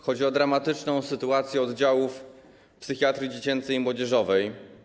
Chodzi o dramatyczną sytuację oddziałów psychiatrii dziecięcej i młodzieżowej.